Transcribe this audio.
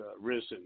risen